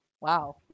Wow